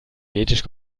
kinetische